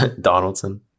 Donaldson